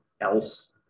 else